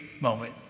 moment